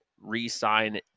re-sign